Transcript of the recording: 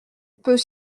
peut